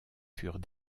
furent